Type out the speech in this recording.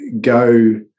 go